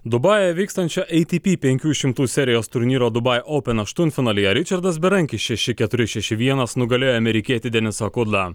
dubajuje vykstančio ei ti pi penkių šimtų serijos turnyro dubai oupen aštuntfinalyje ričardas berankis šeši keturi šeši vienas nugalėjo amerikietį denisą kudlą